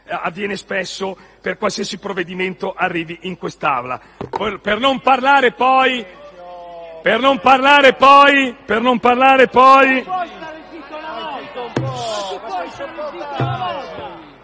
avviene per qualsiasi provvedimento arrivi in quest'Aula.